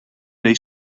ells